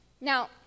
Now